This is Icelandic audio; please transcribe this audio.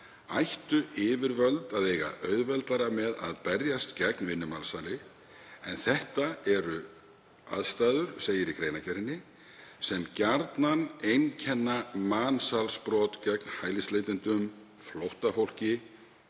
ættu yfirvöld að eiga auðveldara með að berjast gegn vinnumansali, en þetta eru aðstæður sem gjarnan einkenna mansalsbrot gegn hælisleitendum, flóttafólki,